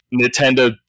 Nintendo